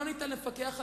אי-אפשר לפקח עליהם,